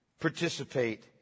participate